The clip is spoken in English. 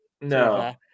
No